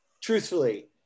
truthfully